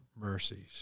mercies